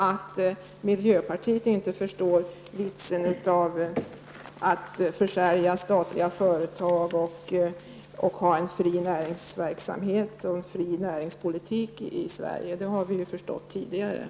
Att miljöpartiet inte förstår vitsen med att försälja statliga företag samt att ha en fri näringsverksamhet och en fri näringspolitik i Sverige har vi tidigare sett exempel på.